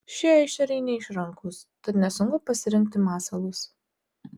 šie ešeriai neišrankūs tad nesunku pasirinkti masalus